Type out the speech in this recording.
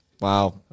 Wow